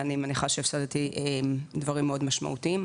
אני מניחה שהפסדתי דברים מאוד משמעותיים.